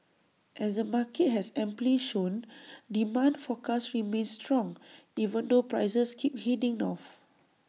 as the market has amply shown demand for cars remains strong even though prices keep heading north